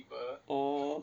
oh